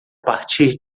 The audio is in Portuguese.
partir